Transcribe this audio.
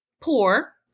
poor